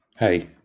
Hey